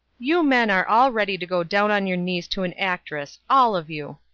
you men are all ready to go down on your knees to an actress, all of you.